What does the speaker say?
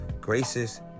graces